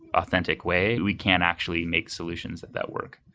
authentic way, we can't actually make solutions that that work.